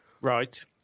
Right